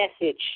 message